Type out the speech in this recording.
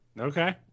Okay